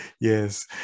Yes